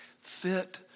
Fit